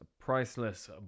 priceless